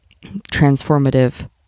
transformative